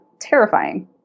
terrifying